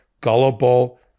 gullible